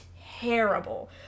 terrible